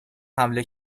حمله